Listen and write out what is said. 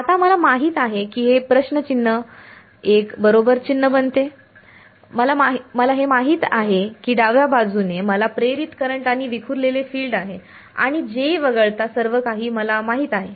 तर आता मला माहित आहे की हे प्रश्न चिन्ह एक बरोबर चिन्ह बनते मला हे माहित आहे की डाव्या बाजूने मला प्रेरित करंट आणि विखुरलेले फील्ड आहे आणि J वगळता सर्व काही मला माहित आहे